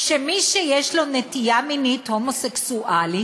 שמי שיש לו נטייה מינית הומוסקסואלית